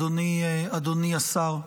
אדוני השר,